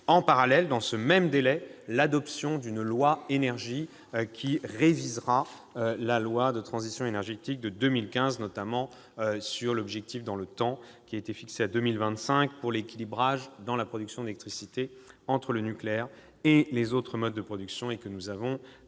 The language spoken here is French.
en parallèle, dans ce même délai, l'adoption d'une loi Énergie qui révisera la loi de transition énergétique de 2015, notamment sur la date butoir pour l'équilibrage dans la production d'électricité entre le nucléaire et les autres modes de production, que nous avons décidé